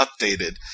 updated